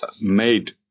made